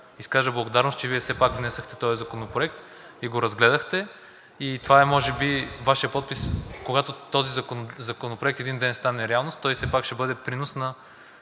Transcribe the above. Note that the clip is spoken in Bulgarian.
изкажа благодарност, че Вие все пак внесохте този законопроект, и го разгледахте, и това е може би Вашият подпис. Когато този законопроект един ден стане реалност, той все пак ще бъде принос на